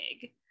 big